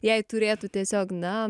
jai turėtų tiesiog na